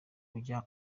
ujya